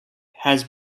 has